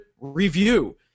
review